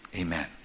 amen